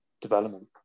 development